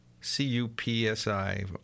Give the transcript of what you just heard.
C-U-P-S-I